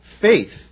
faith